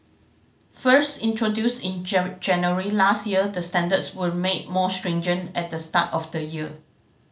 first introduced in January last year the standards were made more stringent at the start of the year